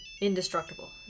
indestructible